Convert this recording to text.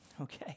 Okay